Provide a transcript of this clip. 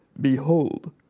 Behold